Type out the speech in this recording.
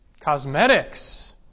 Cosmetics